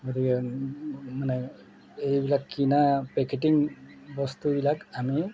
গতিকে মানে এইবিলাক কিনা পেকেজিং বস্তুবিলাক আমি